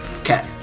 okay